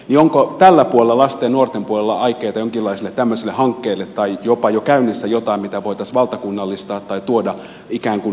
onko tällä puolella lasten ja nuorten puolella aikeita jonkinlaisille tämmöisille hankkeille tai jopa jo käynnissä jotain mitä voitaisiin valtakunnallistaa tai tuoda ikään kuin näkyvämmin esille